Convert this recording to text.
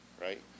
right